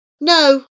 No